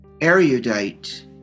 erudite